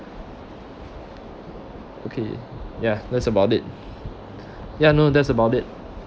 okay ya that's about it ya no that's about it